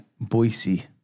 Boise